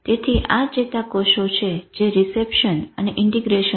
તેથી આ ચેતાકોષો છે જે રીસેપસન અને ઇન્ટીગ્રેસન છે